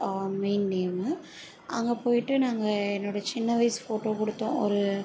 main name அங்ககே போய்ட்டு நாங்கள் என்னோடய சின்ன வயசு ஃபோட்டோ கொடுத்தோம் ஒரு